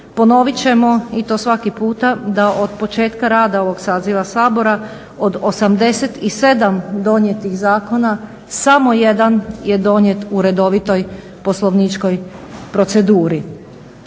Ponovit ćemo i to svaki puta da od početka rada ovog saziva Sabora od 87 donijetih zakona samo jedan je donijet u redovitoj poslovničkoj proceduri.